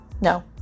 no